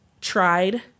tried